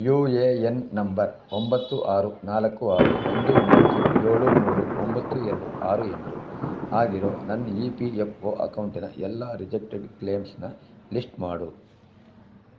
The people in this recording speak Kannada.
ಯು ಎ ಎನ್ ನಂಬರ್ ಒಂಬತ್ತು ಆರು ನಾಲ್ಕು ಆರು ಒಂದು ಒಂಬತ್ತು ಏಳು ಮೂರು ಒಂಬತ್ತು ಎರಡು ಆರು ಎಂಟು ಆಗಿರೋ ನನ್ನ ಇ ಪಿ ಎಫ್ ಒ ಅಕೌಂಟಿನ ಎಲ್ಲ ರಿಜೆಕ್ಟೆಡ್ ಕ್ಲೇಮ್ಸ್ನ ಲಿಸ್ಟ್ ಮಾಡು